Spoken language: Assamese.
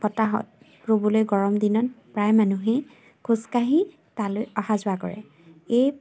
বতাহত ফুৰিবলৈ গৰম দিনত প্ৰায় মানুহেই খোজকাঢ়ি তালৈ অহা যোৱা কৰে এই